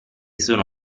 sono